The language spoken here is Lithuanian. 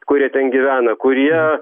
kurie ten gyvena kurie